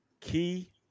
Key